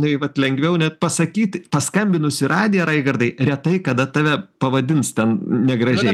ai vat lengviau net pasakyt paskambinus į radiją raigardai retai kada tave pavadins ten negražiai